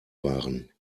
waren